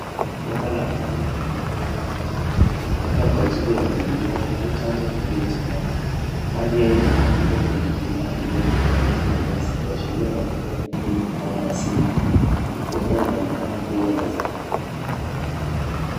Bomba la maji ikimwaga maji mingi labda kwa ajili ya umwagiliaji au chanzo kingine cha maji. Maji hayo yanamwagika kwenye mimea ya kijani kibichi na nyasi kuashiria mazingira ya kilimo au asili. Bomba linaonekana kuwa la zamani.